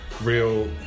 real